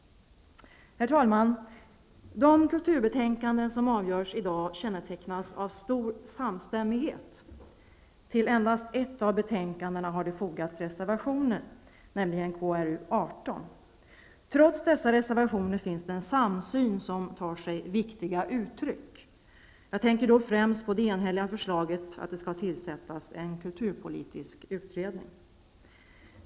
Herr talman! De kulturärenden som avgörs i dag kännetecknas av stor samstämmighet. Endast till ett av betänkandena har det fogats reservationer, nämligen till KrU18. Trots dessa reservationer finns det en samsyn som tar sig viktiga uttryck. Jag tänker då främst på det enhälliga förslaget att det skall tillsättas en kulturpolitisk utredning.